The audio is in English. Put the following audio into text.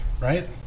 Right